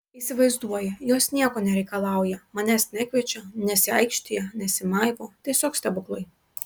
įsivaizduoji jos nieko nereikalauja manęs nekviečia nesiaikštija nesimaivo tiesiog stebuklai